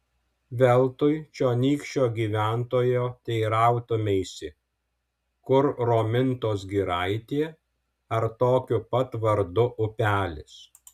veltui čionykščio gyventojo teirautumeisi kur romintos giraitė ar tokiu pat vardu upelis